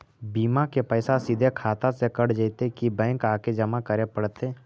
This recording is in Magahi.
बिमा के पैसा सिधे खाता से कट जितै कि बैंक आके जमा करे पड़तै?